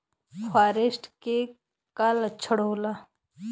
फारेस्ट के लक्षण का होला?